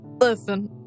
listen